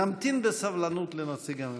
נמתין בסבלנות לנציג הממשלה.